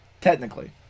technically